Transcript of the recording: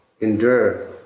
endure